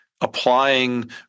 Applying